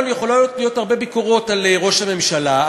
יכולות להיות הרבה ביקורות על ראש הממשלה,